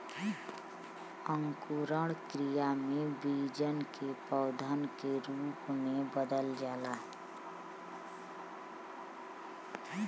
अंकुरण क्रिया में बीजन के पौधन के रूप में बदल जाला